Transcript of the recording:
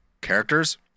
Characters